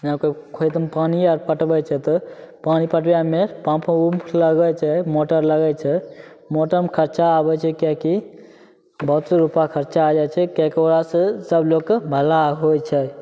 जेना कोइ खेतमे पानिये पटबै छै तऽ पानि पटबेमे पम्प उम्फ लगबै छै मोटर लगै छै मोटरमे खरचा आबै छै किएकि बहुत रूपा खरचा होय छै किएकि ओकरा से सब लोक कऽ भला होय छै